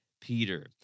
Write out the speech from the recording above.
Peter